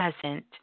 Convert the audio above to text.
present